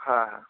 হ্যাঁ হ্যাঁ